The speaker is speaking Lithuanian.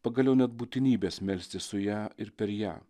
pagaliau net būtinybės melstis su ja ir per ją